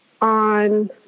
on